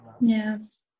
Yes